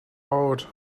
out